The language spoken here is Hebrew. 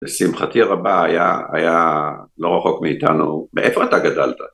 ושמחתי רבה היה לא רחוק מאיתנו. מאיפה אתה גדלת?